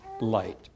light